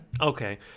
Okay